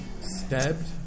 stabbed